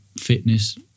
fitness